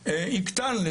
יקטן.